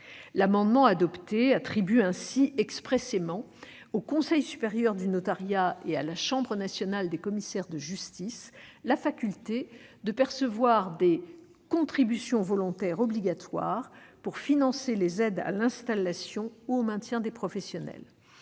L'amendement adopté vise ainsi expressément à attribuer au Conseil supérieur du notariat et à la Chambre nationale des commissaires de justice la faculté de percevoir des contributions volontaires obligatoires pour financer les aides à l'installation ou au maintien des professionnels.